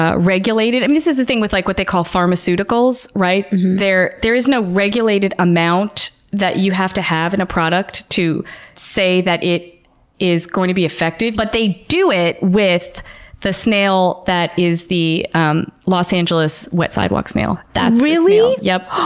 ah regulated. i mean this is the thing with like what they call pharmaceuticals, there there is no regulated amount that you have to have in a product to say that it is going to be effective. but they do it with the snail that is the um los angeles wet-sidewalk snail. really? yes.